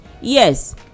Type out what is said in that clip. yes